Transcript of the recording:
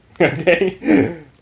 Okay